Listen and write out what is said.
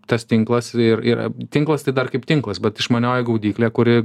tas tinklas ir yra tinklas tai dar kaip tinklas bet išmanioji gaudyklė kuri